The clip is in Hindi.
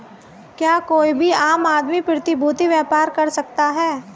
क्या कोई भी आम आदमी प्रतिभूती व्यापार कर सकता है?